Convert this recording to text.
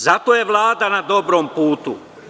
Zato je Vlada na dobrom putu.